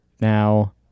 now